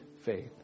faith